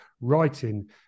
writing